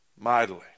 mightily